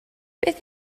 beth